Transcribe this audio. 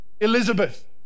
Elizabeth